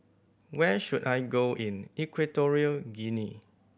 where should I go in Equatorial Guinea